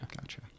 Gotcha